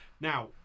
Now